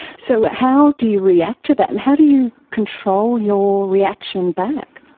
so ah how do you react to that and how do you control your reaction back?